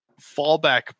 fallback